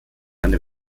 eine